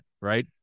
right